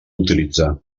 utilitzar